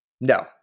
No